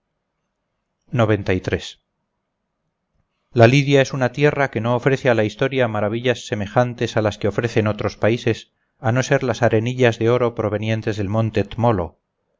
dioses la lidia es una tierra que no ofrece a la historia maravillas semejantes a las que ofrecen otros países a no ser las arenillas de oro provenientes del monte tmolo